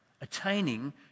attaining